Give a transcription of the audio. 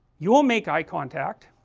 you'll make eye contact